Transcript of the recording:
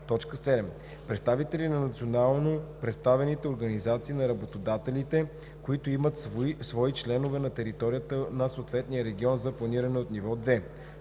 7. представители на национално представените организации на работодателите, които имат свои членове на територията на съответния регион за планиране от ниво 2;